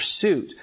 pursuit